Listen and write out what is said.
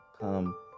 come